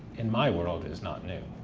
in my world is not new.